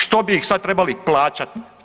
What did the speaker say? Što bi ih sad trebali plaćati?